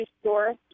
store